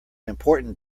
important